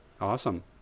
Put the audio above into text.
Awesome